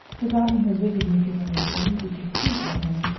forgotten her vividness of emotion, which is true forgetting.